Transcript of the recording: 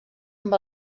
amb